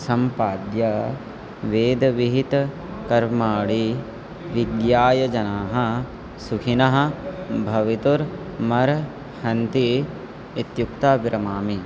सम्पाद्य वेदविहितकर्माणि विद्यया जनाः सुखिनः भवितुमर्हन्ति इत्युक्त्वा विरमामि